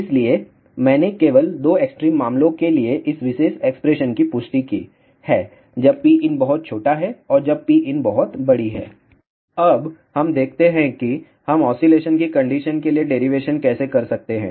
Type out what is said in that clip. इसलिए मैंने केवल दो एक्सट्रीम मामलों के लिए इस विशेष एक्सप्रेशन की पुष्टि की है जब Pinबहुत छोटा है और जब Pin बहुत बड़ी है अब हम देखते हैं कि हम ऑसीलेशन की कंडीशन के लिए डेरिवेशन कैसे कर सकते हैं